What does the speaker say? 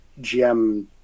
gm